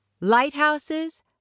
Lighthouses